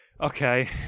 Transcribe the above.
Okay